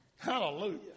Hallelujah